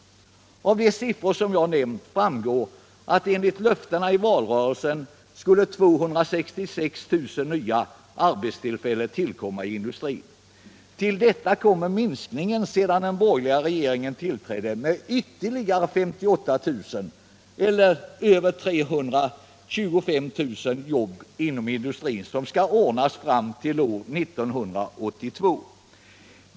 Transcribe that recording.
Av de siffror jag nämnde framgick att enligt löftena i valrörelsen 266 000 nya arbetstillfällen skulle tillkomma i industrin. Till detta kommer minskningen med ytterligare 58 000 jobb sedan den borgerliga regeringen tillträdde. Tillsammans blir det ungefär 325 000 jobb som skall åstadkommas inom industrin fram till år 1982.